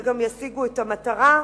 וגם ישיגו את המטרה.